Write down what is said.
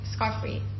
Scarfree